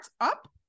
up